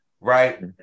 Right